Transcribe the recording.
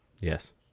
yes